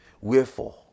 Wherefore